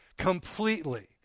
completely